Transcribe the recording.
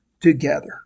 together